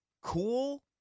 cool